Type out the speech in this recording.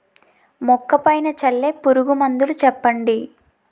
మొక్క పైన చల్లే పురుగు మందులు చెప్పండి?